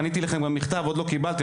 פניתי אליכם במכתב ועוד לא קיבלתי.